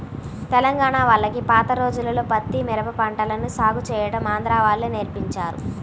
తెలంగాణా వాళ్లకి పాత రోజుల్లో పత్తి, మిరప పంటలను సాగు చేయడం ఆంధ్రా వాళ్ళే నేర్పించారు